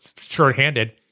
short-handed